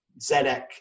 zedek